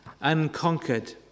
unconquered